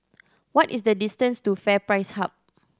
what is the distance to FairPrice Hub